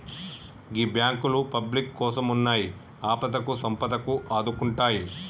గీ బాంకులు పబ్లిక్ కోసమున్నయ్, ఆపదకు సంపదకు ఆదుకుంటయ్